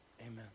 Amen